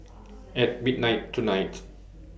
At midnight tonight